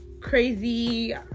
crazy